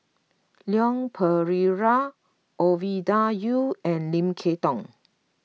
Leon Perera Ovidia Yu and Lim Kay Tong